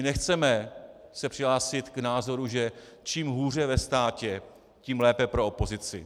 Nechceme se přihlásit k názoru, že čím hůře ve státě, tím lépe pro opozici.